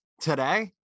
Today